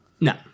No